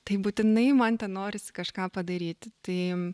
tai būtinai man ten norisi kažką padaryti tai